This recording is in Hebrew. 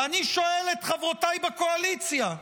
ואני שואל את חברותיי בקואליציה,